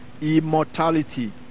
immortality